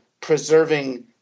preserving